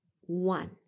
one